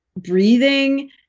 breathing